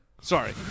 Sorry